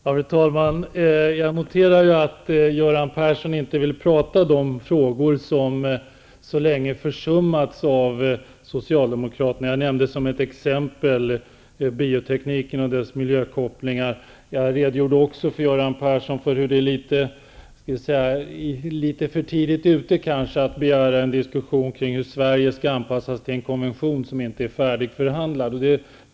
Fru talman! Jag noterar att Göran Persson inte vill tala om sådana frågor som så länge försummats av socialdemokraterna. Som exempel nämnde jag biotekniken och dess miljökopplingar. Jag redogjorde också för Göran Persson att Sverige kanske är litet för tidigt ute för att kunna begära en diskussion kring hur Sverige skall anpassas till en konvention som inte är färdigförhadlad.